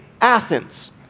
Athens